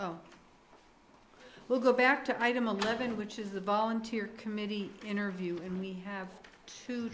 ok we'll go back to item a living which is a volunteer committee interview and we have to